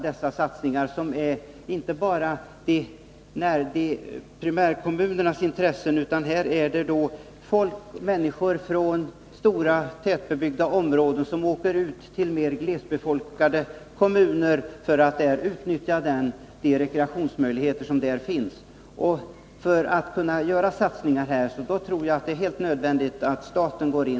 Dessa satsningar gagnar inte bara de små kommunerna, utan här är det människor från stora, tätbebyggda områden som åker ut till mer glesbefolkade kommuner för att utnyttja de rekreationsmöjligheter som finns där. För att kunna göra erforderliga satsningar där tror jag att det är helt nödvändigt att staten går in.